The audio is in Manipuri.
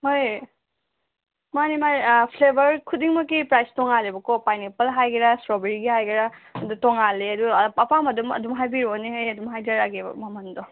ꯍꯣꯏ ꯃꯥꯟꯅꯦ ꯃꯥꯟꯅꯦ ꯐ꯭ꯂꯦꯕꯔ ꯈꯨꯗꯤꯡꯃꯛꯀꯤ ꯄ꯭ꯔꯥꯏꯁ ꯇꯣꯡꯉꯥꯜꯂꯦꯕꯀꯣ ꯄꯥꯏꯟꯅꯦꯄꯜ ꯍꯥꯏꯒꯦꯔ ꯏꯁꯇ꯭ꯔꯣꯕꯦꯔꯤꯒꯤ ꯍꯥꯏꯒꯦꯔ ꯑꯗꯨ ꯇꯣꯡꯉꯥꯜꯂꯦ ꯑꯗꯨ ꯑꯄꯥꯝꯕ ꯑꯗꯨꯝ ꯑꯗꯨꯝ ꯍꯥꯏꯕꯤꯔꯛꯑꯣꯅꯦ ꯑꯩ ꯑꯗꯨꯝ ꯍꯥꯏꯖꯔꯛꯑꯒꯦꯕ ꯃꯃꯜꯗꯣ